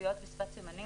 כתוביות ושפת סימנים,